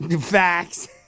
Facts